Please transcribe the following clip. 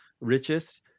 richest